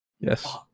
yes